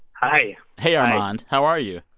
hi hey, armand. how are you?